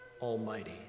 Almighty